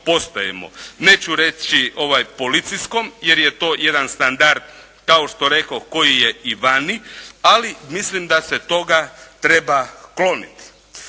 Neću reći policijskom, jer je to jedan standard kao što rekoh koji je i vani, ali mislim da se toga treba kloniti.